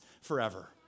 forever